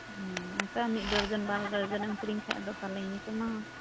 ᱦᱩᱸ ᱚᱱᱠᱟ ᱢᱤᱫ ᱰᱚᱡᱚᱱ ᱵᱟᱨ ᱰᱚᱡᱚᱱᱮᱢ ᱠᱤᱨᱤᱧ ᱠᱷᱟᱱ ᱫᱚ ᱛᱟᱦᱚᱞᱮᱧ ᱠᱚᱢᱟᱣᱟ